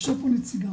ויושב פה נציגם.